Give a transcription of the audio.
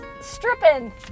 stripping